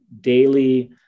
daily